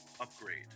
upgrade